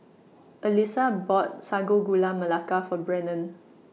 Alysa bought Sago Gula Melaka For Brennon